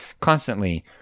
constantly